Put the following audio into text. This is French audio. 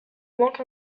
manque